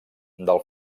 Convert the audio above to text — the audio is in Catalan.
del